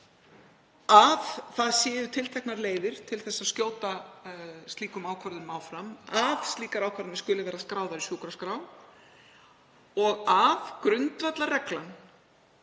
að til séu tilteknar leiðir til að skjóta slíkum ákvörðunum áfram, að slíkar ákvarðanir skuli vera skráðar í sjúkraskrá og að grundvallarreglan,